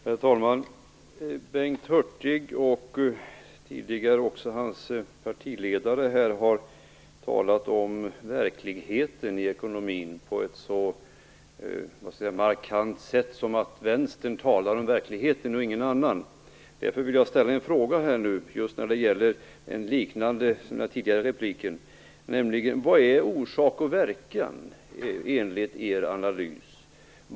Herr talman! Bengt Hurtig och hans partiledare har här tidigare talat om verkligheten i ekonomin på ett markant sätt. De menar att vänstern och ingen annan känner till verkligheten. Därför vill jag fråga: Vad är orsak och verkan enligt er analys?